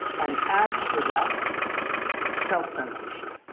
and add to that self-censorship,